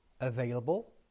available